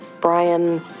Brian